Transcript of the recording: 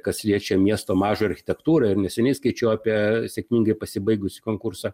kas liečia miesto mažąją architektūrą ir neseniai skaičiau apie sėkmingai pasibaigusį konkursą